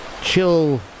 chill